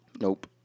Nope